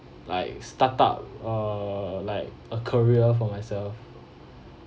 like start-up err like a career for myself